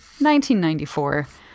1994